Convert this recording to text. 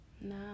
No